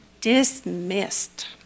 dismissed